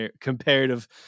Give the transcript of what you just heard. comparative